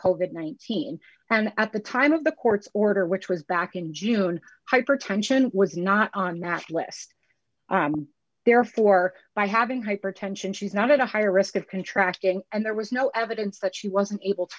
at nineteen and at the time of the court's order which was back in june hypertension was not on that list therefore by having hypertension she's not at a higher risk of contracting and there was no evidence that she wasn't able to